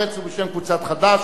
קבוצת מרצ ובשם חברי הכנסת דב חנין,